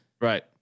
Right